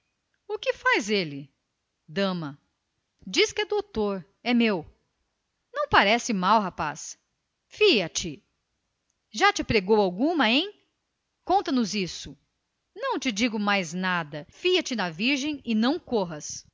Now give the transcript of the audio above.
que faz ele dama diz que é doutor é meu não parece mau rapaz fia-te já te pregou alguma hein conta-nos isso não te digo mais nada fia-te na virgem e não corras